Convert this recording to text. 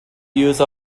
use